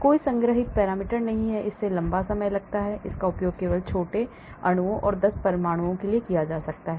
कोई संग्रहीत पैरामीटर नहीं हैं इसमें लंबा समय लगता है इसका उपयोग केवल छोटे अणुओं 10 परमाणुओं के लिए किया जा सकता है